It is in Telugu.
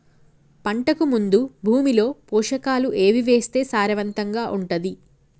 పంటకు ముందు భూమిలో పోషకాలు ఏవి వేస్తే సారవంతంగా ఉంటది?